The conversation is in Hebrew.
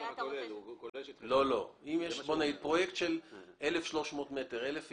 אם יש פרויקט של 1,300 מטר - 1,000 עיקרי,